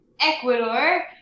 Ecuador